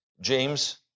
James